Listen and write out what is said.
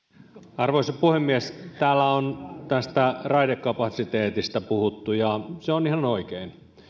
arvoisa puhemies täällä on tästä raidekapasiteetista puhuttu ja se on ihan oikein